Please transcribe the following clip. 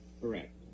Correct